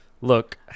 Look